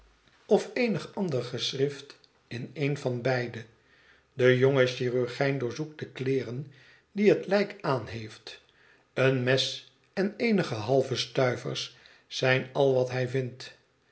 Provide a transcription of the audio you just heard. of eenig ander geschrift in een van beide de jonge chirurgijn doorzoekt de kleeren die het lijk aanheeft een mes en eenige halve stuivers zijn al wat hij vindt